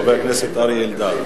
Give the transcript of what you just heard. חבר הכנסת אריה אלדד.